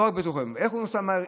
איך נוסעים בו מהר?